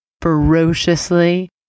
ferociously